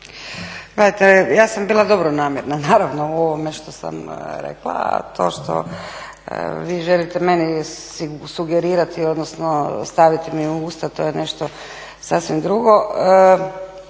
ja sam bila dobronamjerna naravno u ovome što sam rekla a to što vi želite meni sugerirati odnosno staviti mi u usta to je nešto sasvim drugo.